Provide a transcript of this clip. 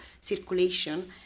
circulation